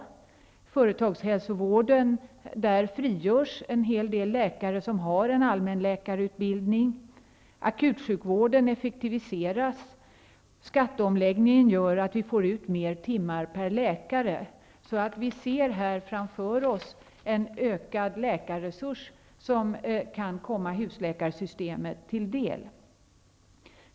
Från företagshälsovården frigörs en hel del läkare som har allmänläkarutbildning. Akutsjukvården effektiviseras, och skatteomläggningen gör att det går att få fler timmar per läkare. Det finns framför oss en utökad läkarresurs som kan komma husläkarsystemet till del.